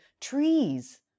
trees